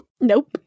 Nope